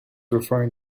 referring